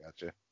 gotcha